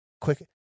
quick